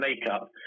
makeup